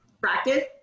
practice